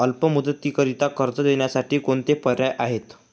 अल्प मुदतीकरीता कर्ज देण्यासाठी कोणते पर्याय आहेत?